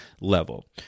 level